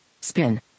spin